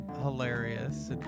hilarious